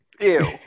ew